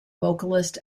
vocalist